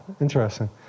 interesting